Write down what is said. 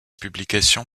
publication